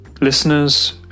listeners